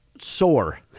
Sore